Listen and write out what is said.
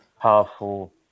powerful